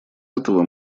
этого